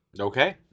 Okay